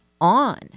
on